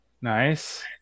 Nice